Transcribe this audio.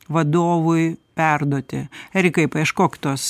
vadovui perduoti erikai paieškok tos